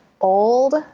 old